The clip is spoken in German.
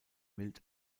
mild